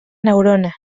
neurona